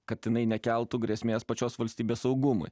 kad jinai nekeltų grėsmės pačios valstybės saugumui